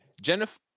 Jennifer